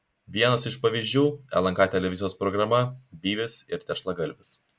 vienas iš pavyzdžių lnk televizijos programa byvis ir tešlagalvis